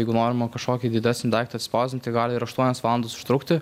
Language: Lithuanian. jeigu norima kažkokį didesnį daiktą atspausdinti gali ir aštuonias valandas užtrukti